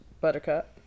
Buttercup